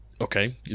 Okay